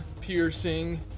piercing